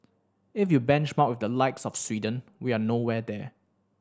if you benchmark with the likes of Sweden we're nowhere there